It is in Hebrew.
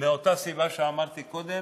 מאותה סיבה שאמרתי קודם: